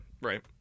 right